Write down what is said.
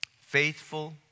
Faithful